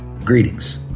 Greetings